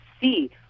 see